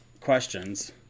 questions